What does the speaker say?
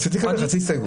רציתי חצי הסתייגות.